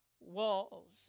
walls